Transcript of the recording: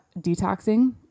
detoxing